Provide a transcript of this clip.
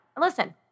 listen